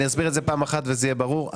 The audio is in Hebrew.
אני אסביר את זה פעם אחת וזה יהיה ברור.